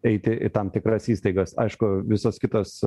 eiti į tam tikras įstaigas aišku visos kitos